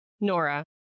Nora